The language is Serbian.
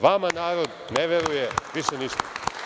Vama narod ne veruje više ništa.